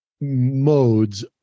modes